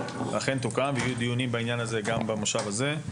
אכן תוקם ויהיו דיונים בעניין הזה גם במושב הזה,